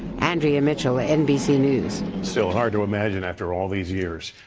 andrea mitchell, ah nbc news. still hard to imagine after all these years.